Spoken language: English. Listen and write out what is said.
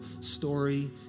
story